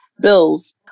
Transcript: bills